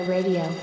Radio